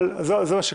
זה מה שקרה.